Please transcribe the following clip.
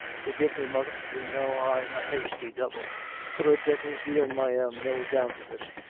forgive me, mother you know i'm a hasty devil for a devil's limb i am, no doubt of it.